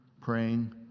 praying